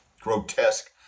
grotesque